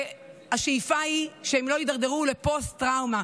והשאיפה היא שהם לא יידרדרו לפוסט-טראומה.